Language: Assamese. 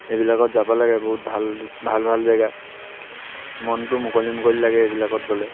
এইবিলাকত যাব লাগে বহুত ভাল ভাল ভাল জেগা মনটো মুকলি মুকলি লাগে এইবিলাকত গ'লে